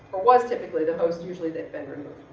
or was typically the host usually they've been removed.